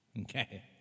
Okay